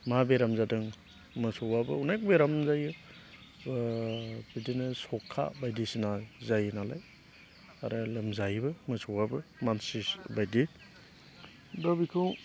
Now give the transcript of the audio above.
मा बेराम जादों मोसौआबो अनेक बेराम जायो बिदिनो सखा बायदिसिना जायो नालाय आरो लोमजायोबो मोसौआबो मानसि बायदि होनबा बेखौ